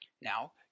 Now